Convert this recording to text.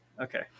Okay